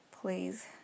Please